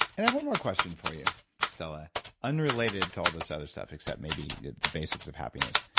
and have one more question for you stella unrelated to all this other stuff except maybe the basics of happiness.